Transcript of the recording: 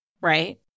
right